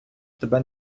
тебе